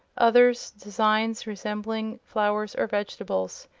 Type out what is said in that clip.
others designs resembling flowers or vegetables,